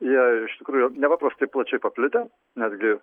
jie iš tikrųjų nėra prastai plačiai paplitę netgi